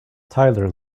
tyler